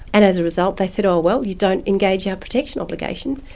and as a result they said, oh well, you don't engage our protection obligations',